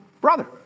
Brother